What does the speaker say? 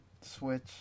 Switch